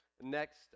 Next